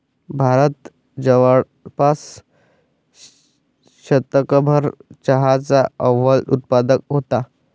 भारत जवळपास शतकभर चहाचा अव्वल उत्पादक होता